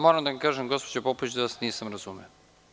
Moram da vam kažem gospođo Popović, da vas nisam razumeo.